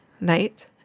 night